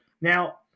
now